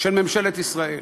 של ממשלת ישראל.